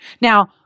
Now